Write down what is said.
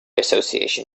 association